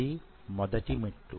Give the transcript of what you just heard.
ఇది మొదటి మెట్టు